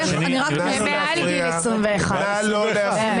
הם מעל גיל 21. נא לא להפריע.